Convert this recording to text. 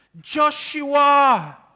Joshua